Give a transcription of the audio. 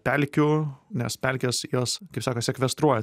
pelkių nes pelkės jos kaip sako sekvestruoja